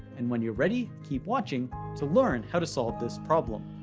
and when you're ready, keep watching to learn how to solve this problem.